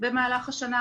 במהלך השנה,